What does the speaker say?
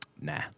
Nah